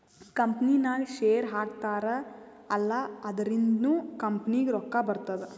ಕಂಪನಿನಾಗ್ ಶೇರ್ ಹಾಕ್ತಾರ್ ಅಲ್ಲಾ ಅದುರಿಂದ್ನು ಕಂಪನಿಗ್ ರೊಕ್ಕಾ ಬರ್ತುದ್